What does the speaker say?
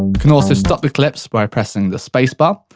can also stop the clips, by pressing the space bar.